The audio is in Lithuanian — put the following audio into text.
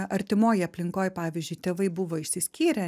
artimoj aplinkoj pavyzdžiui tėvai buvo išsiskyrę